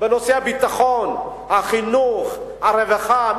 בנושאי הביטחון, החינוך, הרווחה.